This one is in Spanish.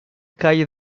calles